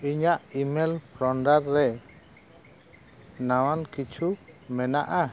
ᱤᱧᱟᱹᱜ email folder ᱨᱮ ᱱᱟᱣᱟᱱ ᱠᱤᱪᱷᱩ ᱢᱮᱱᱟᱜᱼᱟ